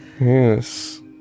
yes